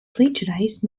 plagiarized